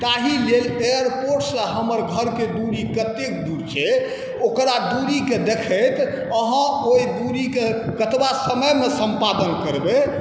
ताहि लेल एयरपोर्टसँ हमर घरके दूरी कतेक दूर छै ओकरा दूरीके देखैत अहाँ ओहि दूरीके कतबा समयमे सम्पादन करबै